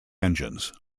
engines